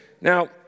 Now